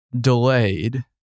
delayed